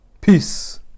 Peace